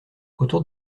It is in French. autour